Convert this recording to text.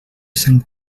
sant